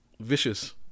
vicious